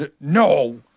No